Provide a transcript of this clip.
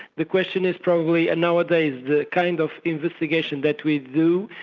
the question is probably and nowadays the kind of investigation that we do,